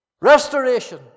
Restoration